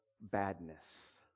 Badness